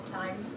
time